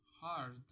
hard